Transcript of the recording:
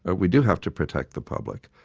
ah we do have to protect the public.